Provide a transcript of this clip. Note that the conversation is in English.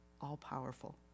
all-powerful